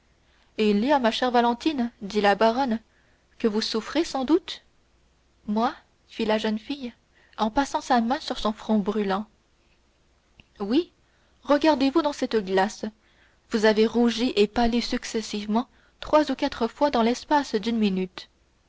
il y a ma chère valentine dit la baronne que vous souffrez sans doute moi fit la jeune fille en passant sa main sur son front brûlant oui regardez-vous dans cette glace vous avez rougi et pâli successivement trois ou quatre fois dans l'espace d'une minute